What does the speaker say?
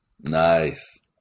Nice